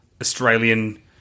Australian